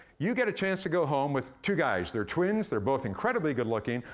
you get a chance to go home with two guys. they're twins, they're both incredibly good-looking,